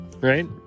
Right